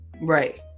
Right